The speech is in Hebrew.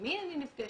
עם מי אני נפגשת,